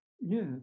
Yes